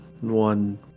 one